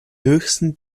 höchsten